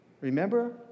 Remember